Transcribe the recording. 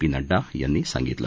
P Nadda यांनी सांगितलं